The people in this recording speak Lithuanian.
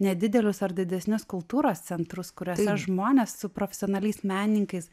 nedidelius ar didesnius kultūros centrus kuriuose žmonės su profesionaliais menininkais